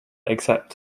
accept